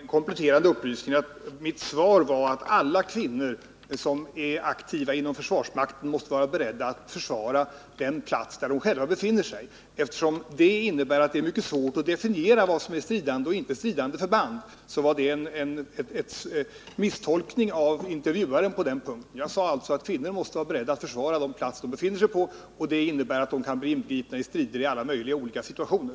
Herr talman! Jag vill bara lämna den kompletterande upplysningen att mitt svar var att alla kvinnor som är aktiva inom försvarsmakten måste vara beredda att försvara den plats där de själva befinner sig, eftersom det är mycket svårt att definiera vad som är stridande och icke stridande förband. Här föreligger alltså en misstolkning av intervjuaren. Jag sade alltså att kvinnor måste vara beredda att försvara den plats de befinner sig på, och det innebär att de kan bli inbegripna i strider i alla möjliga olika situationer.